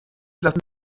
lassen